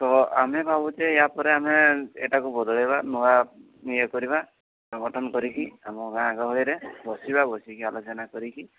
ତ ଆମେ ଭାବୁଛେ ୟା ପରେ ଆମେ ଏଟାକୁ ବଦଳେଇବା ନୂଆ ଇଏ କରିବା ଗଠନ କରିକି ଆମ ଗାଁ ଗହଳିରେ ବସିବା ବସିକି ଆଲୋଚନା କରିକି